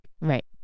Right